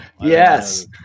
Yes